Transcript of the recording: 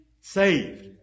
saved